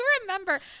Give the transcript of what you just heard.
remember